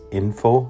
info